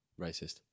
racist